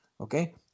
okay